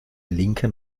linken